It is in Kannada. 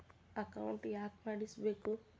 ಅಕೌಂಟ್ ಯಾಕ್ ಮಾಡಿಸಬೇಕು?